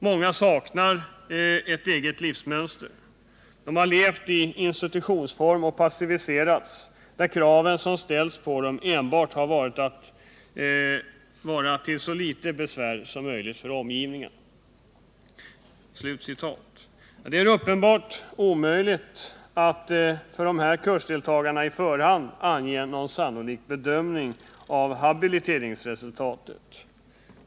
Många saknar ett eget livsmönster, de har levt i institutionsform och passiviserats, där kraven som ställts på dem enbart har varit att vara till så litet besvär som möjligt för omgivningen.” Det är uppenbart omöjligt att för dessa kursdeltagare på förhand göra någon sannolik bedömning av habiliteringsresultatet.